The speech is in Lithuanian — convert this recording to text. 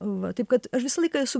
va taip kad aš visą laiką esu